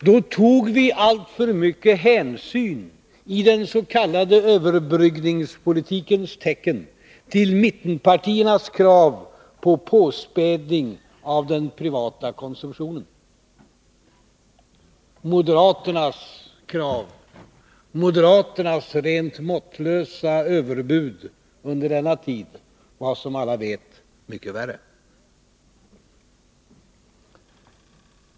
Då tog vi alltför mycket — 15 december 1982 hänsyn — i den s.k. överbryggningspolitikens tecken — till mittenpartiernas krav på påspädning av den privata konsumtionen. Moderaternas rent måttlösa överbud under denna tid var, som alla vet, mycket värre.